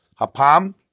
Hapam